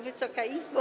Wysoka Izbo!